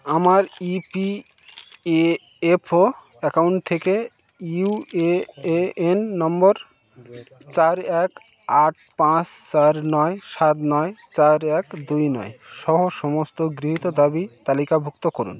আমার E P F O account থেকে U A N number চার এক আট পাঁচ চার নয় সাত নয় চার এক দুই নয় সহ সমস্ত গৃহীত দাবি তালিকাভুক্ত করুন